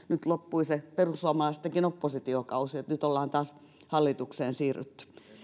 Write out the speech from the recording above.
nyt loppui se perussuomalaistenkin oppositiokausi että nyt ollaan taas hallitukseen siirrytty